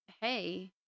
Hey